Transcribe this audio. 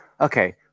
Okay